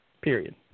Period